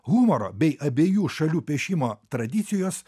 humoro bei abiejų šalių piešimo tradicijos